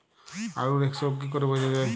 আলুর এক্সরোগ কি করে বোঝা যায়?